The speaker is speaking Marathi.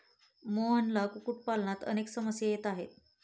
मोहनला कुक्कुटपालनात अनेक समस्या येत आहेत